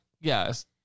yes